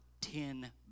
ten